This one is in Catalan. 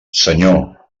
senyor